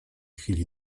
chwili